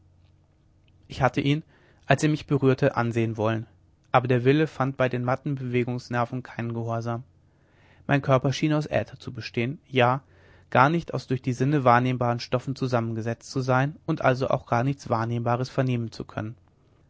ich hatte ihn als er mich berührte ansehen wollen aber der wille fand bei den matten bewegungsnerven keinen gehorsam mein körper schien aus aether zu bestehen ja gar nicht aus durch die sinne wahrnehmbaren stoffen zusammengesetzt zu sein und also auch gar nichts wahrnehmbares vernehmen zu können